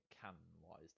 canon-wise